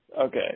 Okay